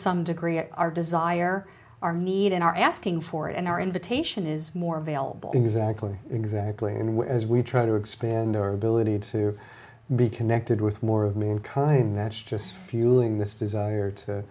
some degree at our desire our need and are asking for it and are in the ation is more available exactly exactly and as we try to expand our ability to be connected with more of mankind that's just fueling this desire